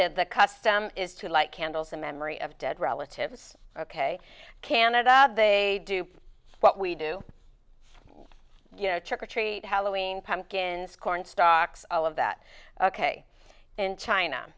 the custom is to light candles in memory of dead relatives ok can i doubt they do what we do you know trick or treat halloween pumpkin scorn stocks all of that ok in china